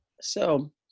So-